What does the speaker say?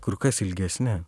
kur kas ilgesni